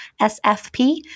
SFP